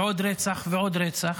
ועוד רצח ועוד רצח.